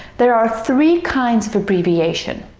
there are three kinds of abbreviation.